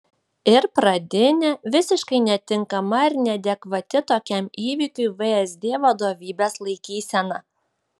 ir pradinė visiškai netinkama ir neadekvati tokiam įvykiui vsd vadovybės laikysena